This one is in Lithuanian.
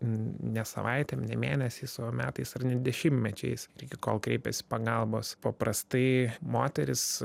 ne savaitėm ne mėnesiais o metais ar net dešimtmečiais iki kol kreipiasi pagalbos paprastai moterys